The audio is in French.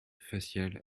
facial